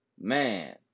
Man